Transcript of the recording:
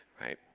right